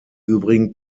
übrigen